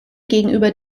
gegenüber